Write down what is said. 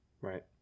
Right